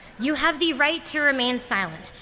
you have the right to remain silent.